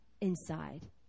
inside